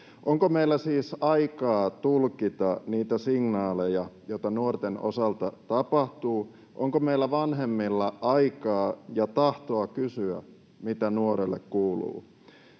Onko meillä siis aikaa tulkita niitä signaaleja, joita nuorten osalta tapahtuu? Onko meillä vanhemmilla aikaa ja tahtoa kysyä, mitä nuorelle kuuluu?